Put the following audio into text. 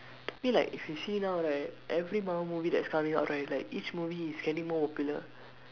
feel like if you see now right every Marvel movie that's coming out right like each movie is getting more popular